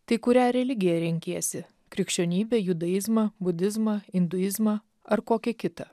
tai kurią religiją renkiesi krikščionybę judaizmą budizmą induizmą ar kokią kitą